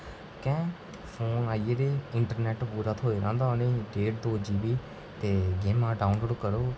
की फोन आई गेदे इंटरनैट्ट पूरा थ्होए दा होंदा उ'नेंगी डेढ़ दो जीबी ते गेमां डाउनलाउड करो